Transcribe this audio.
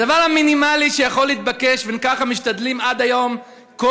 הדבר המינימלי שיכול להתבקש וככה משתדלים עד היום כל